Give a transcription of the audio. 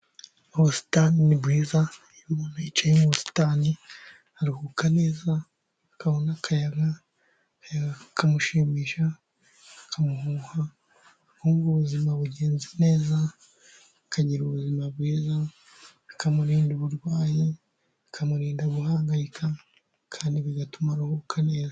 Ubusitani ni bwiza, iyo umuntu yicaye mu busitani aruhuka neza, akabona akayaga, akayaga kakamushimisha, kakamumuha akumva ubuzima bugenda neza, akagira ubuzima bwiza, bikamurinda uburwayi, bikamurinda guhangayika, kandi bigatuma aruhuka neza.